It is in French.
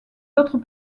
d’autres